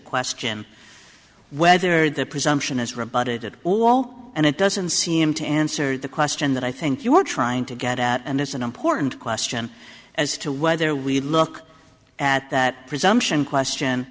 question whether the presumption is rebutted at all and it doesn't seem to answer the question that i think you were trying to get at and it's an important question as to whether we look at that presumption question